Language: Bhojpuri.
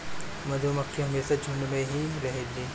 मधुमक्खी हमेशा झुण्ड में ही रहेलीन